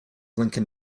lincoln